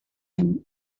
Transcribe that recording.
him